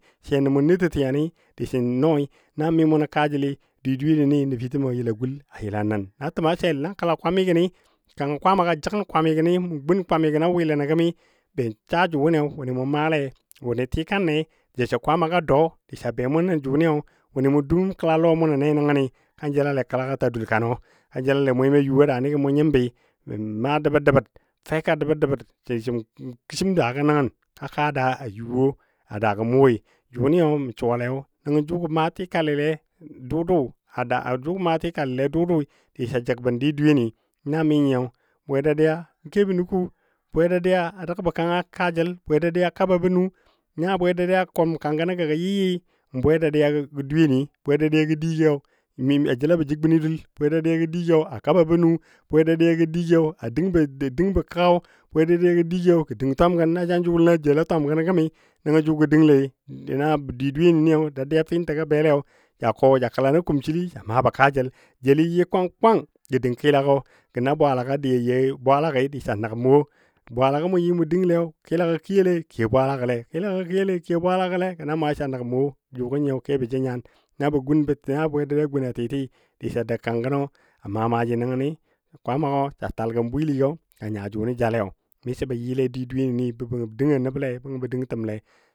Sə ja nəmun nətə tiyanni dəsən nɔi na mi mɔ nə kaajəli nəfitəmɔ a yəla gullɔ a nən na təma sel nan kəla kwamigəni kanga Kwaama jəgən kwamigəni mʊ gun kwamigəna wɨlənɔ gəmi be saa jʊnɨ mʊ maalei wʊnɨ tikanne dəsən kwamaga dɔu disɔ be mʊn nə jʊnɨ wʊnɨ mu duməm kəla lɔ mʊnɔ le nəngənni ka jəlale kəlagɔ a taa dul kanɔ, kan jəlale mwemɔ yu a daani gəm mʊ nyimbɨ be maa dəbər dəbər, fɛka dəbər- dəbər sesən kəshim daagɔ nəngən ka kadaa a yuuwo a daagɔ mʊ woi. Jʊnɨ mə suwalei nəngɔ jʊgɔ maa tikalile dʊdʊi disa jəg bən di dweyeni na mi nyiyɔ bwe dadiya kebɔ nu kuu a dəgbɔ kang a kaajəl bwe dadiya a kababɔ nu nya bwe kʊlʊm kangənɔ gə gɔ yɨ yɨ bwe dadiya gɔ dweyeni, bwe dadiyagɔ digiyɔ a jəlabo jə guni dul bwe dadiyagɔ digiyo a kababɔ nu, bwe dadiya digiyo dəng bɔ kəgga, bwe dadiya digiyo ga dəng twam gən na janjulunɔ a jel a twam gənɔ gəmi nəngɔ jʊ gə dənglei, na di dweyeni dadiyab fɨntəgɔ belei yaa danlei, dadiyab fintəngɔ belei ja kɔ ja kəla nən kumsəli ja maabɔ kaajəl jeli yɨ kwang kwang gə dəng kilagɔ gə na bwaalaga dɨ yayou bwaalagi disa nəgəm wo bwaalagɔ mʊ dəngle kilagɔ kiyolei kiyo bwaalagə le, kilagɔ kiyolei kiyo bwaalagə le gə na maai sa nəgəm wo jʊgɔ nyiyɔ kebɔ jə nyan. Na bwe dadiya guna tɨ tɨɨ dəsa dəg kangənɔ a maa maaji nəngəni kwaamgɔ sa tal gəm bwiligɔ sa nya jʊnɨ jalei miso be yɨle di dweyeni bə dəngɔ nəble bəngo bə dəng təmle.